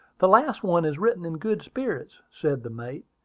the last one is written in good spirits, said the mate,